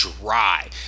Dry